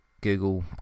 Google